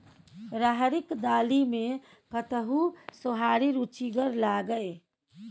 राहरिक दालि मे कतहु सोहारी रुचिगर लागय?